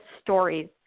stories